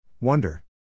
Wonder